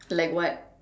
like what